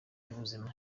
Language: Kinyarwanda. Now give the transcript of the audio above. y’ubuzima